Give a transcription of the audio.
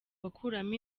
bakuramo